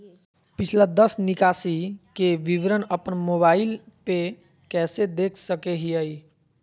पिछला दस निकासी के विवरण अपन मोबाईल पे कैसे देख सके हियई?